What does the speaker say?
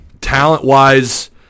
talent-wise –